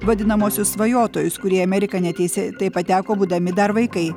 vadinamuosius svajotojus kurie į ameriką neteisėtai pateko būdami dar vaikai